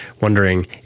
wondering